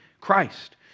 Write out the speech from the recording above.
Christ